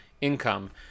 income